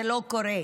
זה לא קורה.